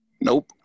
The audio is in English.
Nope